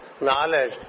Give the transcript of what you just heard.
knowledge